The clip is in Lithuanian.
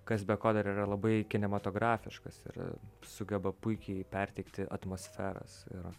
kas be ko dar yra labai kinematografiškas ir sugeba puikiai perteikti atmosferas ir